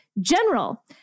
general